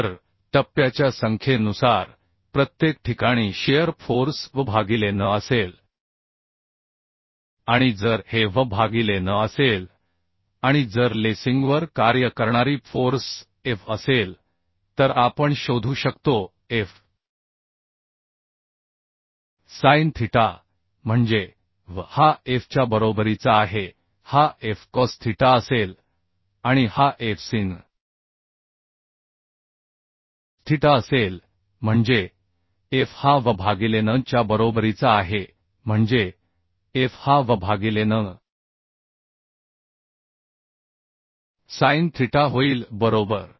तर टप्प्याच्या संख्येनुसार प्रत्येक ठिकाणी शिअर फोर्स V भागिले n असेल आणि जर हे V भागिले n असेल आणि जर लेसिंगवर कार्य करणारी फोर्स F असेल तर आपण शोधू शकतो F sin theta म्हणजे V हा F च्या बरोबरीचा आहे हा F cos theta असेल आणि हा F sin theta असेल म्हणजे F हा V भागिले n च्या बरोबरीचा आहे म्हणजे F हा V भागिले n sin theta होईल बरोबर